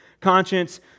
conscience